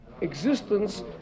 existence